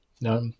no